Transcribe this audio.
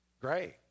great